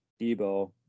Debo